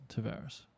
Tavares